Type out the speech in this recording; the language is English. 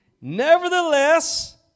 Nevertheless